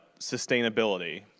sustainability